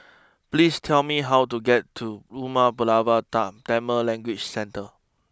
please tell me how to get to Umar Pulavar Tam Tamil Language Centre